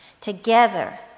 Together